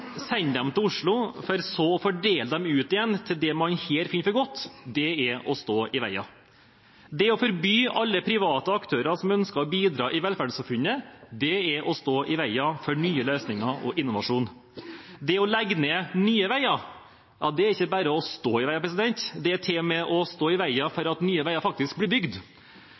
sende dem til Oslo for så å fordele dem ut igjen til det man her finner for godt, det er å stå i veien. Det å forby alle private aktører som ønsker å bidra i velferdssamfunnet, det er å stå i veien for nye løsninger og innovasjon. Det å legge ned Nye Veier er ikke bare å stå i veien, det er til og med å stå i veien for at nye veier faktisk blir bygd.